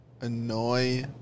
Annoy